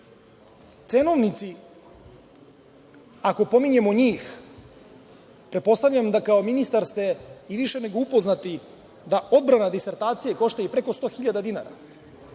države. Cenovnici, ako pominjemo njih, pretpostavljam da kao ministar ste i više nego upoznati da odbrana disertacije košta i preko 100.000 dinara,